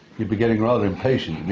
you'd be getting rather impatient.